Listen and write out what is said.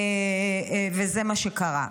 וזה מה שקרה.